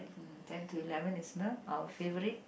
mm ten to eleven is know our favourite